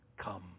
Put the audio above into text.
come